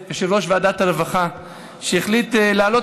ואני רוצה לברך את יושב-ראש ועדת הרווחה שהחליט להעלות